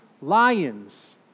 lions